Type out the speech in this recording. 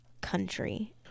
country